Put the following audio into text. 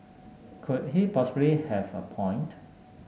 could he possibly have a point